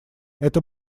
это